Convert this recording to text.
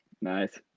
Nice